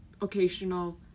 occasional